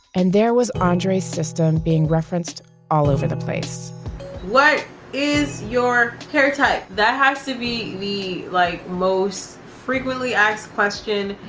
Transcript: and there was andre's system being referenced all over the place what is your hair type? that has to be the like most frequently asked question.